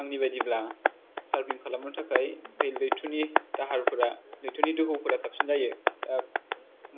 आंनि बादिब्ला सार्फिं खालामनो थाखाय लैथोनि दाहारफोरा लैथोनि दोहौ फोरा साबसिन जायो दा